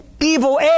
evil